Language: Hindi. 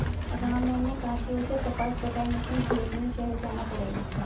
राममोहन ने कहा कि उसे कपास कटाई मशीन खरीदने शहर जाना पड़ेगा